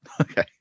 Okay